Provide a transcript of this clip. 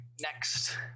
Next